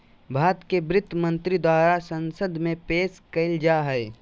भारत के वित्त मंत्री द्वारा संसद में पेश कइल जा हइ